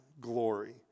glory